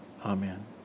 Amen